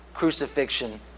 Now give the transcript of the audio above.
crucifixion